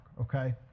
Okay